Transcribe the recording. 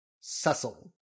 Cecil